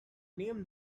named